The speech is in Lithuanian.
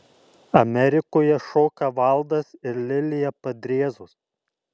amerikoje šoka valdas ir lilija padriezos